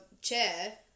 chair